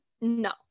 no